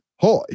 hi